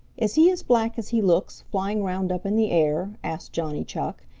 is he as black as he looks, flying round up in the air? asked johnny chuck.